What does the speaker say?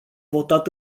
votat